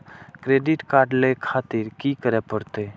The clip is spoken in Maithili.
क्रेडिट कार्ड ले खातिर की करें परतें?